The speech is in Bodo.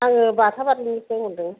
आङो बाथाबारिनिफ्राय हरदों